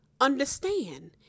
understand